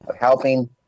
helping